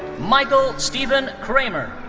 michael stephen kramer.